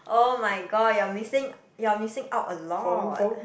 [oh]-my-god you are missing you are missing out a lot